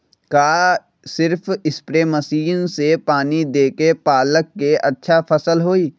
का सिर्फ spray machine से पानी देके पालक के अच्छा फसल होई?